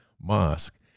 mosque